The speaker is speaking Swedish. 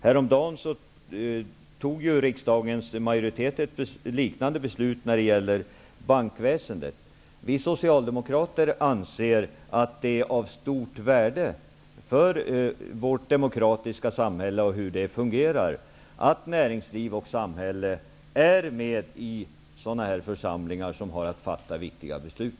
Häromdagen fattade riksdagens majoritet ett liknande beslut om bankväsendet. Vi socialdemokrater anser att det är av stort värde för vårt demokratiska samhälle och hur det fungerar att näringsliv och samhälle är med i församlingar som har att fatta viktiga beslut.